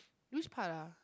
which part ah